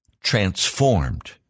transformed